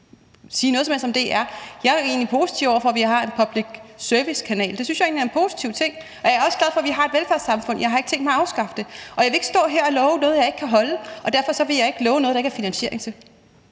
sige noget som helst om DR. Jeg er egentlig positiv over for, at vi har en public service-kanal. Det synes jeg egentlig er en positiv ting, og jeg er også glad for, at vi har et velfærdssamfund. Jeg har ikke tænkt mig at afskaffe det. Og jeg vil ikke stå her og love noget, jeg ikke kan holde, og derfor vil jeg ikke love noget, der ikke er finansiering til.